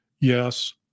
yes